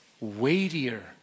weightier